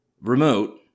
Remote